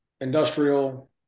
industrial